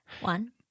One